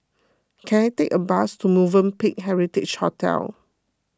can I take a bus to Movenpick Heritage Hotel